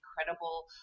incredible